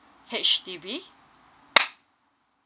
H_D_B